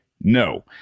no